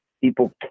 People